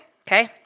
Okay